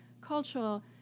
cultural